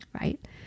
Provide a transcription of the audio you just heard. Right